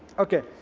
okay.